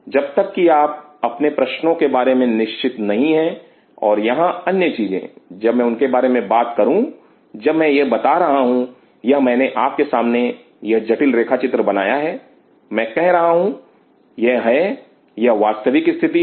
जब तक कि आप अपने प्रश्न के बारे में निश्चित नहीं हैं और यहां अन्य चीजें जब मैं उनके बारे में बात करूं जब मैं यह बता रहा हूं यह मैंने आपके सामने यह जटिल रेखाचित्र बनाया है मैं कह रहा हूं यह है यह वास्तविक स्थिति है